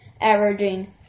averaging